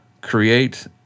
create